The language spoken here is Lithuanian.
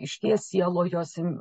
išties sielojosi